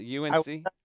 UNC